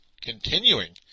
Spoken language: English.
continuing